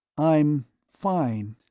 i'm fine.